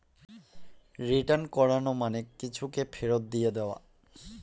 return করানো মানে কিছুকে ফেরত দিয়ে দেওয়া